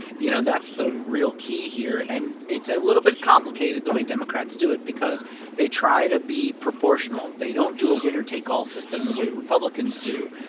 you know, that's the real key here. and it's a little bit complicated the way democrats do it because they try to be proportional. they don't do a winner-take-all system the way republicans do.